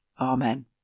Amen